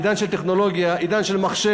עידן של טכנולוגיה, עידן של מחשב,